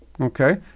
Okay